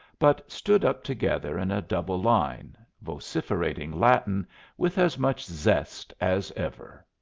but stood up together in a double line, vociferating latin with as much zest as ever.